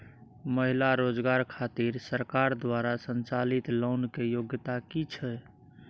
महिला रोजगार खातिर सरकार द्वारा संचालित लोन के योग्यता कि छै?